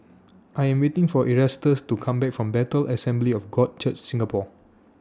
I Am waiting For Erastus to Come Back from Bethel Assembly of God Church Singapore